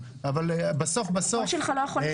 הקול שלך לא יכול להיספר.